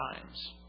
times